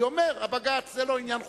כי בג"ץ אומר שזה לא עניין חוקתי,